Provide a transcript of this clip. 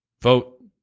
vote